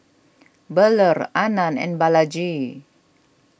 Bellur Anand and Balaji